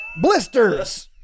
Blisters